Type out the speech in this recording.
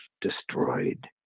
destroyed